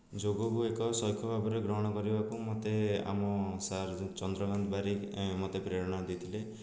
ଯୋଗକୁ ଏକ ସଉକ ଭାବରେ ଗ୍ରହଣ କରିବାକୁ ମୋତେ ଆମ ସାର୍ ଯେଉଁ ଚନ୍ଦ୍ରକାନ୍ତ ବାରିକ ମୋତେ ପ୍ରେରଣା ଦେଇଥିଲେ